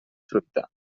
fruita